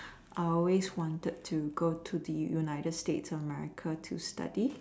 I always wanted to go to the United States of America to study